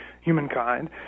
humankind